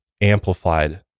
amplified